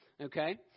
okay